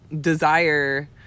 desire